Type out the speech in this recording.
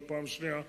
לא בפעם השנייה,